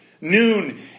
noon